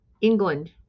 England